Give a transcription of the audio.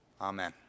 Amen